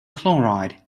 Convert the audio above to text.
chloride